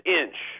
inch